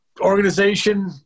organization –